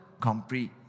comprehend